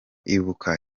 ibuka